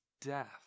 death